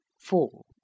Four